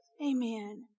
Amen